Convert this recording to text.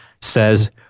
says